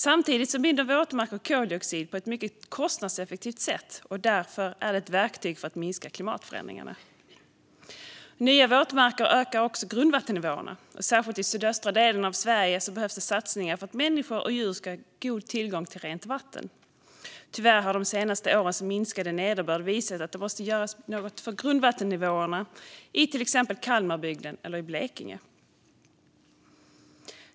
Samtidigt binder våtmarker koldioxid på ett mycket kostnadseffektivt sätt, och därför är det ett verktyg för att minska klimatförändringarna. Nya våtmarker ökar också grundvattennivåerna. Särskilt i sydöstra delen av Sverige behövs det satsningar för att människor och djur ska ha god tillgång till rent vatten. Tyvärr har de senaste årens minskade nederbörd visat att det måste göras något för grundvattennivåerna i till exempel Kalmarbygden och Blekinge.